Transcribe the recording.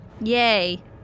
Yay